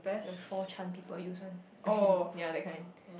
the four chant people use one ya that kind